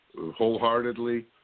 wholeheartedly